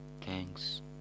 Thanks